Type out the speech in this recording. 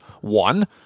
one